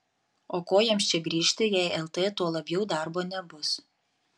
o ko jiems čia grįžti jei lt tuo labiau darbo nebus